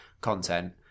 content